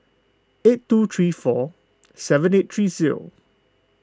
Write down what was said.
eight two three four seven eight three zero